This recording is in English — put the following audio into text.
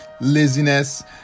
laziness